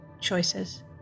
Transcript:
choices